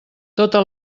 tota